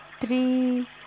three